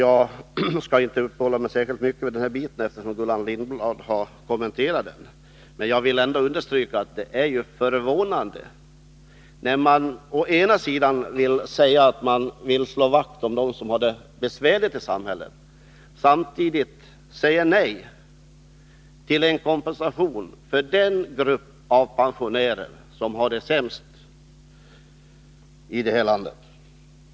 Jag skall inte uppehålla mig särskilt mycket vid denna fråga, eftersom Gullan Lindblad redan har kommenterat den. Men jag vill understryka att det är förvånande att man samtidigt som man förklarar att man vill slå vakt om dem som har det besvärligast i samhället säger nej till en kompensation för den grupp av pensionärer som har det sämst i det här landet.